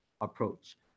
approach